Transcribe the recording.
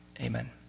amen